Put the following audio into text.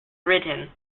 written